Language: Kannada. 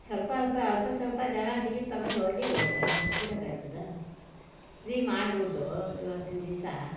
ಸ್ವಲ್ಪ ಅಲ್ಪ ಅಲ್ಪ ಸ್ವಲ್ಪ ಜನ ಟಿಕಿಟ್ ತಗೊಂಡು ಹೋಗೇ ಒಯ್ತಾರೆ ಬಿಟ್ಬಿಡೋಕಾಯ್ತದಾ ಫ್ರೀ ಮಾಡಿಬಿಟ್ಟು ಇವತ್ತಿನ ದಿವಸ